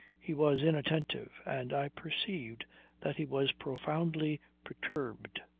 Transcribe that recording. he was inattentive, and i perceived that he was profoundly perturbed.